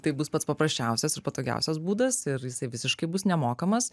tai bus pats paprasčiausias ir patogiausias būdas ir jisai visiškai bus nemokamas